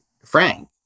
Frank